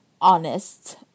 honest